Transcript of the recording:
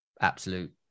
absolute